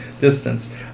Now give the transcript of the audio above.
distance